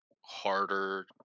harder